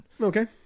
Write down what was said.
Okay